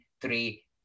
three